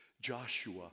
Joshua